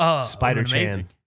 Spider-Chan